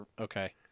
okay